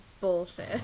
bullshit